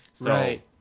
Right